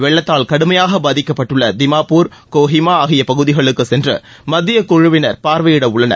வெள்ளத்தால் கடுமையாக பாதிக்கப்பட்டுள்ள திமாபூர் கோஹிமா ஆகிய பகுதிகளுக்குச் சென்று மத்திய குழுவினர் பார்வையிட உள்ளனர்